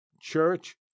Church